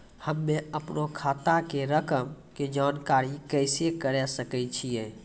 हम्मे अपनो खाता के रकम के जानकारी कैसे करे सकय छियै?